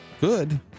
Good